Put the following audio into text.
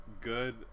good